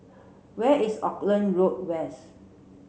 where is Auckland Road West